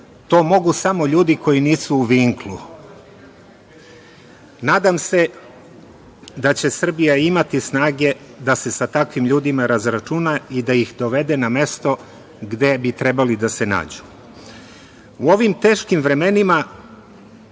to mogu samo ljudi koji nisu u vinklu. Nadam se da će Srbija imati snage da se sa takvim ljudima razračuna i da ih dovede na mesto gde bi trebali da se nađu.U ovim teškim vremenima